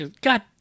God